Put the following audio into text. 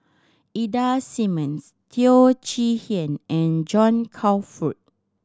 Ida Simmons Teo Chee Hean and John Crawfurd